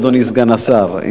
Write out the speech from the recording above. אדוני סגן השר,